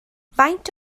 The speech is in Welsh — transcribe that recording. faint